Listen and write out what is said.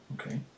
Okay